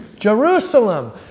Jerusalem